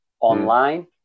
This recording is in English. online